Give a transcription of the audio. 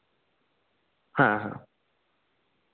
ᱦᱮᱸ